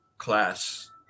class